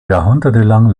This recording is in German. jahrhundertelang